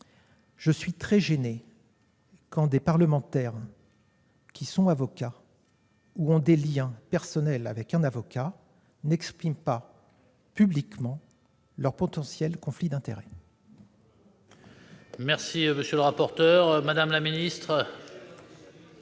Je suis très gêné quand des parlementaires, qui sont avocats ou ont des liens personnels avec un avocat, n'expriment pas publiquement leur potentiel conflit d'intérêts.